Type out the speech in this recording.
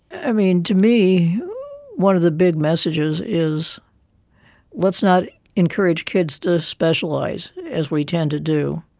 i mean, to me one of the big messages is let's not encourage kids to specialise, as we tend to do,